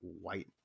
white